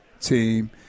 team